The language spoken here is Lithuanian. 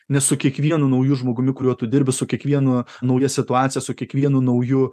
nes su kiekvienu nauju žmogumi kuriuo tu dirbi su kiekviena nauja situacija su kiekvienu nauju